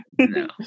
No